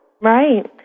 right